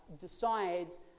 decides